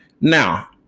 Now